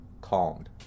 calmed